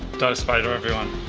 dose vader, everyone.